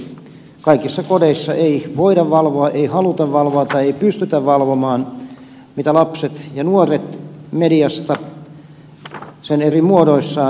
kaikissa kodeissa ei voida valvoa ei haluta valvoa tai ei pystytä valvomaan mitä lapset ja nuoret mediasta sen eri muodoissaan seuraavat